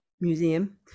museum